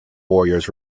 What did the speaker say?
warriors